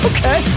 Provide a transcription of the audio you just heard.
Okay